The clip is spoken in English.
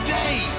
day